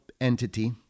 entity